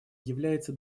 является